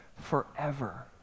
forever